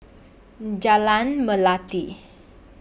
Jalan Melati